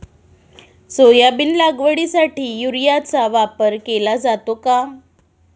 Soybean लागवडीसाठी युरियाचा वापर केला जातो का?